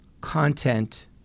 content